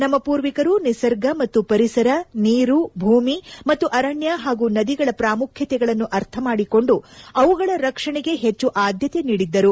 ನಮ್ಮ ಪೂರ್ವಿಕರು ನಿಸರ್ಗ ಮತ್ತು ಪರಿಸರ ನೀರು ಭೂಮಿ ಮತ್ತು ಅರಣ್ಯ ಹಾಗೂ ನದಿಗಳ ಪ್ರಾಮುಖ್ಯತೆಗಳನ್ನು ಅರ್ಥಮಾಡಿಕೊಂಡು ಅವುಗಳ ರಕ್ಷಣೆಗೆ ಹೆಚ್ಚು ಆದ್ಯತೆ ನೀಡಿದ್ದರು